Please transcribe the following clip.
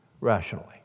Rationally